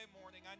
morning